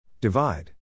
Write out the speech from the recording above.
Divide